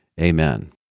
Amen